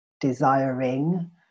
desiring